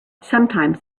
sometimes